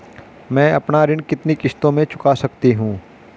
मैं अपना ऋण कितनी किश्तों में चुका सकती हूँ?